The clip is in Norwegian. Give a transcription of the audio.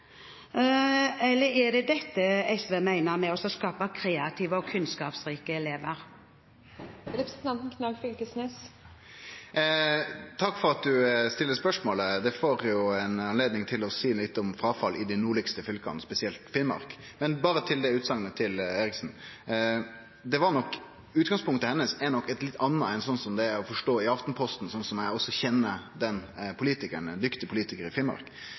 eller er det dette SV mener med å skape kreative og kunnskapsrike elever? Takk for spørsmålet. Det gir jo ei anledning til å seie litt om fråfallet i dei nordlegaste fylka – spesielt Finnmark. Når det gjeld det utsagnet til Isaksen, er nok utgangspunktet hennar eit litt anna enn sånn det er å forstå i Aftenposten, og sånn eg også kjenner den politikaren – ein dyktig politikar i Finnmark.